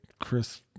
Chris